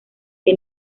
que